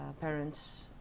parents